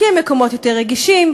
כי הם מקומות יותר רגישים,